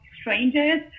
strangers